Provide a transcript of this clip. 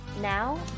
Now